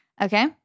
Okay